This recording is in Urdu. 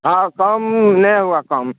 ہاں کم نہیں ہوگا کم